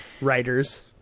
writers